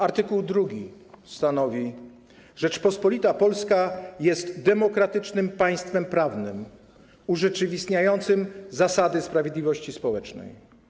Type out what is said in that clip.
Art. 2 stanowi, że Rzeczpospolita Polska jest demokratycznym państwem prawnym, urzeczywistniającym zasady sprawiedliwości społecznej.